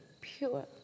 pure